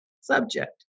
subject